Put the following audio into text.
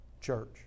church